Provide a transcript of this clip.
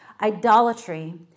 Idolatry